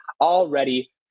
already